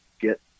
get